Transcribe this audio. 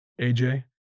AJ